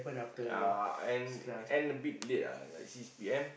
uh and and a bit late ah like six P_M